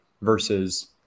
versus